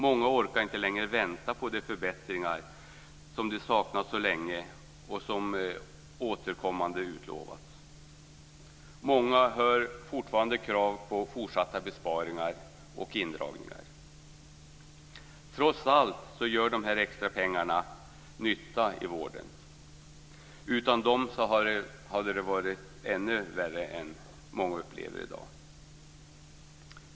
Många orkar inte längre vänta på de förbättringar som de saknat så länge och som återkommande utlovats. Många hör fortfarande krav på fortsatta besparingar och indragningar. Trots allt gör de här extra pengarna nytta i vården. Utan dem hade det varit ännu värre än vad många upplever i dag.